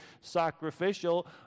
sacrificial